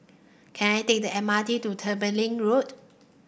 can I take the M R T to Tembeling Road